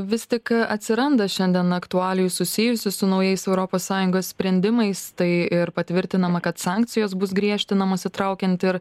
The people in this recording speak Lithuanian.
vis tik atsiranda šiandien aktualijų susijusių su naujais europos sąjungos sprendimais tai ir patvirtinama kad sankcijos bus griežtinamos įtraukiant ir